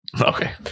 Okay